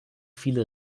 viele